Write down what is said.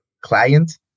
client